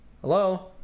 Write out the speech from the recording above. Hello